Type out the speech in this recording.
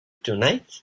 tonight